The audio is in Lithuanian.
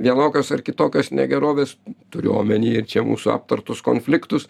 vienokios ar kitokios negerovės turiu omeny ir čia mūsų aptartus konfliktus